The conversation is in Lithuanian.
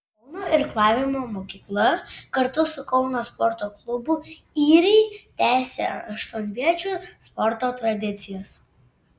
kauno irklavimo mokykla kartu su kauno sporto klubu yriai tęsė aštuonviečių sporto tradicijas